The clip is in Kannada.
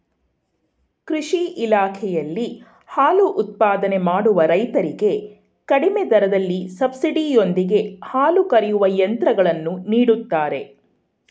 ಕೃಷಿ ಇಲಾಖೆಯಲ್ಲಿ ಹಾಲು ಉತ್ಪಾದನೆ ಮಾಡುವ ರೈತರಿಗೆ ಕಡಿಮೆ ದರದಲ್ಲಿ ಸಬ್ಸಿಡಿ ಯೊಂದಿಗೆ ಹಾಲು ಕರೆಯುವ ಯಂತ್ರಗಳನ್ನು ನೀಡುತ್ತಾರೆ